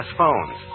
phones